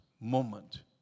moment